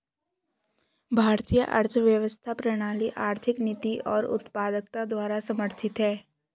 भारतीय अर्थव्यवस्था प्रणाली आर्थिक नीति और उत्पादकता द्वारा समर्थित हैं